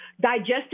digestive